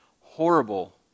horrible